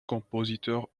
compositeur